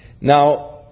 Now